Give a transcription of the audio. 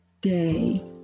day